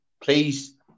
please